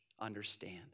understand